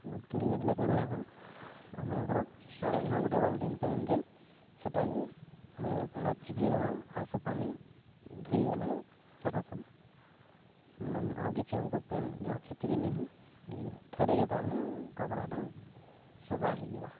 ବତୁରାଇ ଦେଲେ କାଣା ହେବା ଆମେ ଆର ଦିନ ଗୋଟେ ବାଲ୍ଟି ପେନ୍ରେ ସେଇଟାକେ ମାନେ ଚିପି ଦେମା ଆଉ ସେ ପାନି ଧୋଇଦେଲେ ସେଇଟା ସବୁ ମାନେ ଆଉ କିଛି ଆମକୁ ପେନ୍ ଯା କ୍ଷତି ବିି ନି ହୁଏ ଥରେକେ ତା ମାନେ କପଡ଼ାଟା ସଫା ହେଇଯିବା